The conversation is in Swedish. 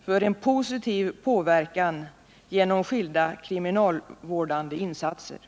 för en positiv påverkan genom skilda kriminalvårdande insatser.